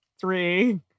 Three